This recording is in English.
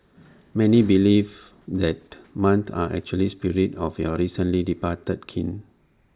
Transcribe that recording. many believe that moths are actually spirits of your recently departed kin